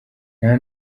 nta